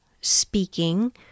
speaking